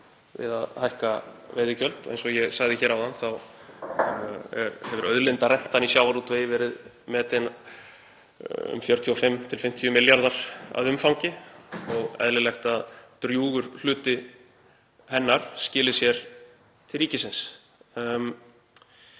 við að hækka veiðigjöld. Eins og ég sagði áðan þá hefur auðlindarentan í sjávarútvegi verið metin um 45–50 milljarðar að umfangi og eðlilegt að drjúgur hluti hennar skili sér til ríkisins.